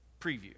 preview